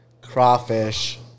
Crawfish